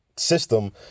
system